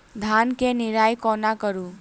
धान केँ निराई कोना करु?